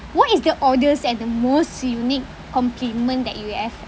what is the oddest and the most unique compliment that you have